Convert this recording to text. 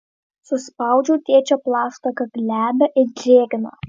suspaudžiau tėčio plaštaką glebią ir drėgną